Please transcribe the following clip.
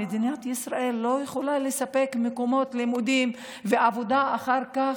מדינת ישראל לא יכולה לספק מקומות לימודים ועבודה אחר כך?